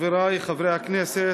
חברי חברי הכנסת,